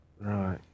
Right